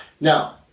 now